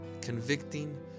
convicting